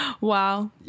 Wow